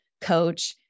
coach